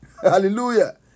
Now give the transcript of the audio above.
Hallelujah